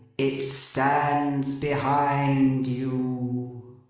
it stands behind you